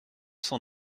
cent